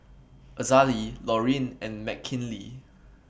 Azalee Loreen and Mckinley